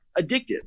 addictive